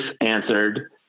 answered